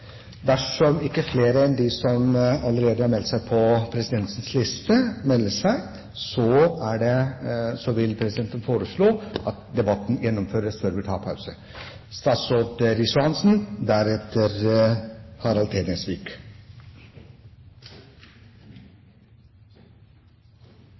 Dersom ikke flere enn de som allerede har meldt seg på presidentens liste, melder seg, vil presidenten foreslå at debatten